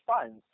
funds